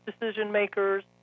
decision-makers